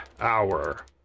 hour